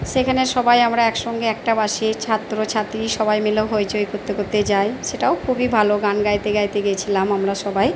সেখানে সবাই আমরা একসঙ্গে একটা বাসে ছাত্র ছাত্রী সবাই মিলে হইচই করতে করতে যাই সেটাও খুবই ভালো গান গাইতে গাইতে গেছিলাম আমরা সবাই